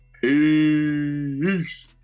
Peace